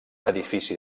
edifici